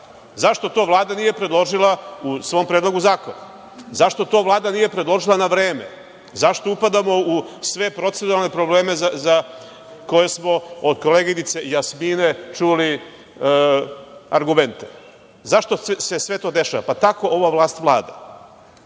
Zašto to Vlada nije predložila u svom Predlogu zakona? Zašto to Vlada nije predložila na vreme? Zašto upadamo u sve proceduralne probleme za koje smo od koleginice Jasmine čuli argumente? Zašto se sve to dešava? Zato što ova vlast vlada. Šta